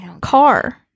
car